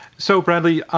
so bradley,